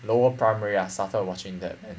lower primary I started watching that